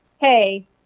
hey